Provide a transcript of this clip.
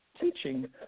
teaching